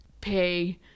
pay